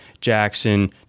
Jackson